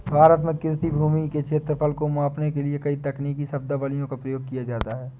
भारत में कृषि भूमि के क्षेत्रफल को मापने के लिए कई तकनीकी शब्दावलियों का प्रयोग किया जाता है